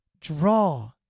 Draw